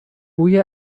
بوی